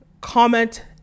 comment